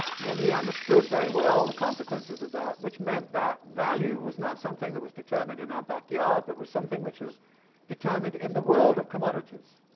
and he understood very well the consequences of that, which meant that value was not something that was determined in our backyard, but was something which was determined in the world of commodities.